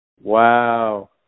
Wow